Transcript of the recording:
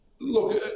look